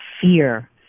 fear